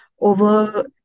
over